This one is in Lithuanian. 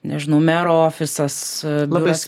nežinau mero ofisas biuras padeda